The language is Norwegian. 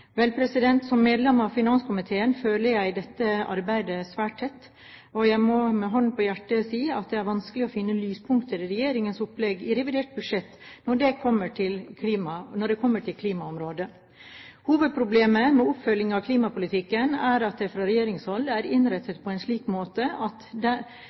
Vel, som medlem av finanskomiteen følger jeg dette arbeidet svært tett, og jeg må med hånden på hjertet si at det er vanskelig å finne lyspunkter i regjeringens opplegg i revidert budsjett når det kommer til klimaområdet. Hovedproblemet med oppfølgingen av klimapolitikken er at den fra regjeringshold er innrettet på en slik måte at